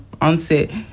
onset